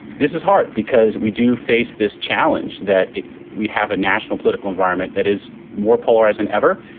this is hard because we do face this challenge that we have a national political environment that is more polarized than ever.